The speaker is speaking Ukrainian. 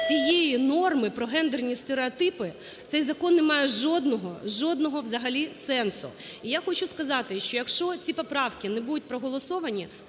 цієї норми про ґендерні стереотипи цей закон не має жодного, жодного взагалі сенсу. І я хочу сказати, що якщо ці поправки не будуть проголосовані,